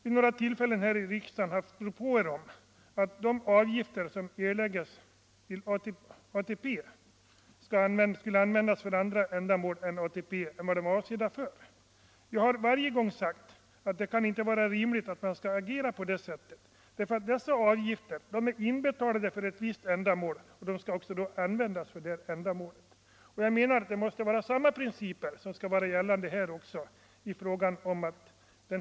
Vid några tillfällen har vi här i riksdagen fått propåer om att de avgifter som erläggs till ATP skall användas till annat ändamål än de är avsedda för. Vi har varje gång sagt att det inte är rimligt att agera på det sättet. Dessa avgifter är inbetalade för ett visst ändamål, och då skall de också användas för detta ändamål. Samma principer måste gälla också här.